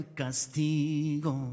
castigo